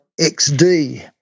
XD